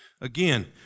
again